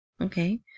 Okay